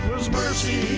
mercy